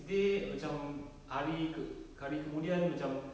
day macam hari ke~ hari kemudian macam